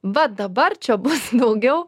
va dabar čia bus daugiau